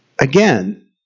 again